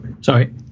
Sorry